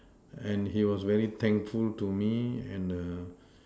and he was very thankful to me and err